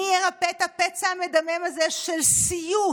מי ירפא את הפצע המדמם הזה של סיוט